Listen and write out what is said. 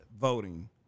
voting